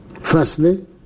Firstly